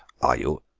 are you?